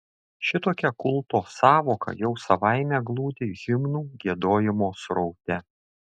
šitokia kulto sąvoka jau savaime glūdi himnų giedojimo sraute